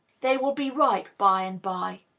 they will be ripe by and by.